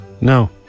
No